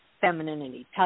femininity